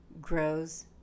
grows